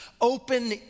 open